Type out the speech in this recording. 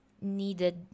needed